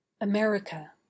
AMERICA